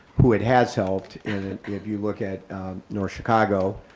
who had has helped and ah if you look at north chicago,